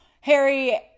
Harry